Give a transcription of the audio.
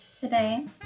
Today